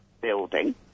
building